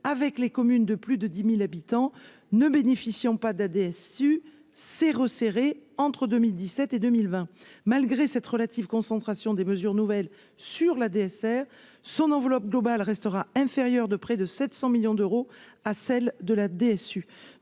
avec les communes de plus de 10000 habitants ne bénéficiant pas d'ADS U s'est resserré entre 2017 et 2020, malgré cette relative concentration des mesures nouvelles sur la DSR son enveloppe globale restera inférieur de près de 700 millions d'euros à celle de la